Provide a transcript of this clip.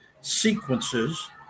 sequences